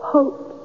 Hope